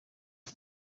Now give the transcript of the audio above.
mba